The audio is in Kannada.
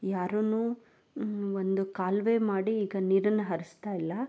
ಯಾರೂ ಒಂದು ಕಾಲುವೆ ಮಾಡಿ ಈಗ ನೀರನ್ನು ಹರಿಸ್ತಾ ಇಲ್ಲ